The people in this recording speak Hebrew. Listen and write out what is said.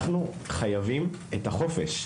אנחנו חייבים חופש.